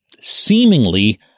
seemingly